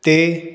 ਤੇ